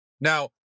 Now